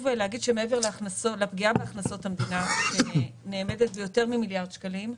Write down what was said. הפגיעה בהכנסות המדינה נאמדת ביותר ממיליארד שקלים.